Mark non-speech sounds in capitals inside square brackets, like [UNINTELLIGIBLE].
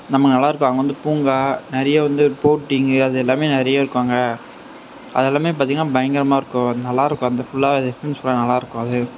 நம்ம நல்லாயிருக்கும் அங்கே வந்து பூங்கா நிறையா வந்து போட்டிங் அது எல்லாமே நிறையா இருக்கும் அங்கே அதெல்லாமே பாத்தீங்னா பயங்கரமாக இருக்கும் நல்லா இருக்கும் அந்த ஃபுல்லா [UNINTELLIGIBLE] நல்லா இருக்கும் அது